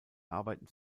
arbeiten